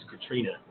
Katrina